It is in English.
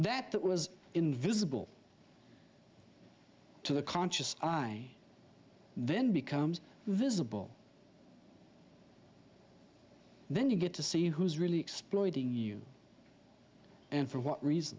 that that was invisible to the conscious i then becomes visible then you get to see who's really exploiting you and for what reason